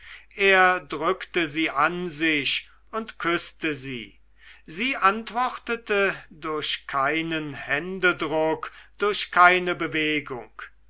er drückte sie an sich und küßte sie sie antwortete durch keinen händedruck durch keine bewegung